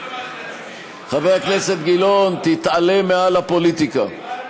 חבר הכנסת גילאון, תתעלה מעל הפוליטיקה.